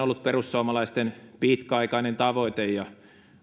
ollut perussuomalaisten pitkäaikainen tavoite ja